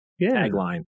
tagline